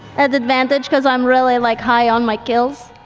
at advantage because i'm really like high on my kills?